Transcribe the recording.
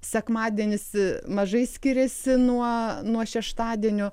sekmadienis mažai skiriasi nuo nuo šeštadienio